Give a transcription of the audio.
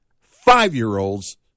five-year-olds